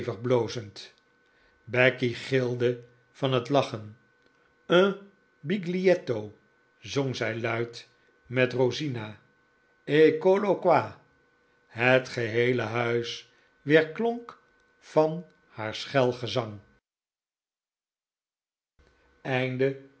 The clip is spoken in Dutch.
becky gilde van het lachen un biglietto zong zij luide met rosina eccollo qua het geheele huis weerklonk van haar schel gezang